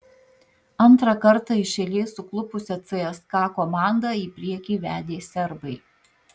antrą kartą iš eilės suklupusią cska komandą į priekį vedė serbai